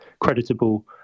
creditable